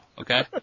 Okay